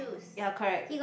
ya correct